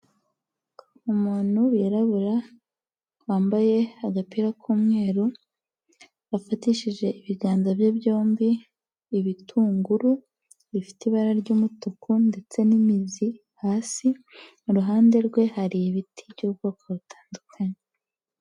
Umuntu wirabura wambaye agapira k'umweru, afatishije ibiganza bye byombi ibitunguru, bifite ibara ry'umutuku ndetse n'imizi hasi, iruhande rwe hari ibiti by'ubwoko butandukanye.